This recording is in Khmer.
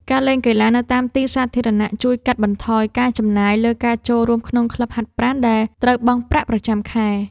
ការលេងកីឡានៅតាមទីសាធារណៈជួយកាត់បន្ថយការចំណាយលើការចូលរួមក្នុងក្លឹបហាត់ប្រាណដែលត្រូវបង់ប្រាក់ប្រចាំខែ។